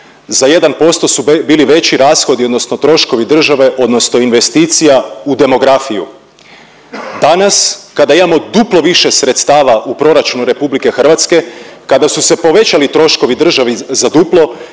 za 1% su bili veći rashodi odnosno troškovi države odnosno investicija u demografiju. Danas kada imamo duplo više sredstava u proračunu RH kada su se povećali troškovi državi za duplo